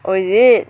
oh is it